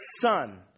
Son